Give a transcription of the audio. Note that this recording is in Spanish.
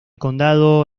condado